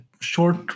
short